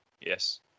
yes